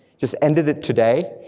just ended it today,